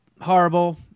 horrible